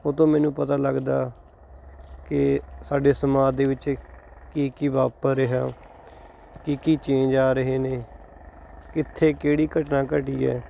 ਉਹਤੋਂ ਮੈਨੂੰ ਪਤਾ ਲੱਗਦਾ ਕਿ ਸਾਡੇ ਸਮਾਜ ਦੇ ਵਿੱਚ ਕੀ ਕੀ ਵਾਪਰ ਰਿਹਾ ਕੀ ਕੀ ਚੇਂਜ ਆ ਰਹੇ ਨੇ ਕਿੱਥੇ ਕਿਹੜੀ ਘਟਨਾ ਘਟੀ ਹੈ